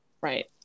right